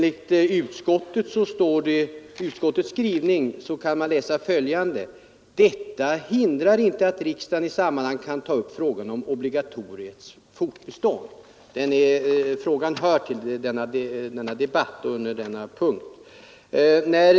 I utskottets skrivning kan man läsa följande: ”Detta hindrar inte att riksdagen i sammanhanget kan ta upp frågan om obligatoriets fortbestånd.” Frågan hör alltså till debatten under denna punkt.